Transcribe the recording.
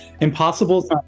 Impossible